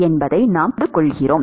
என்பதை நாம் புரிந்துகொள்கிறோம்